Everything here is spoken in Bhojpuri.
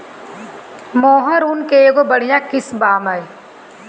मोहेर ऊन के एगो बढ़िया किस्म बा